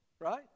Right